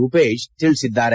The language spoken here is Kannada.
ರೂಪೇಶ್ ತಿಳಿಸಿದ್ದಾರೆ